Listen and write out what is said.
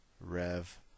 rev